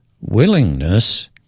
Willingness